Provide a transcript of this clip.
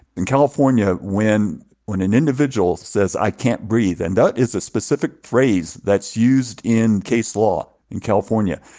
in california when when an individual says, i can't breathe, and that is a specific phrase that's used in case law in california,